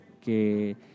Que